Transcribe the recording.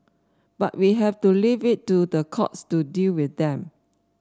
but we have to leave it to the courts to deal with them